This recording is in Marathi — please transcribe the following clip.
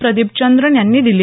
प्रदीपचंद्रन यांनी दिली